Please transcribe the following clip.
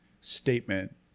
statement